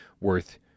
worth